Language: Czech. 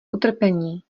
utrpení